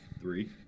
Three